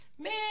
Man